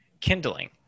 kindling